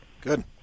Good